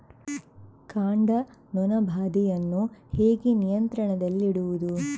ಕಾಂಡ ನೊಣ ಬಾಧೆಯನ್ನು ಹೇಗೆ ನಿಯಂತ್ರಣದಲ್ಲಿಡುವುದು?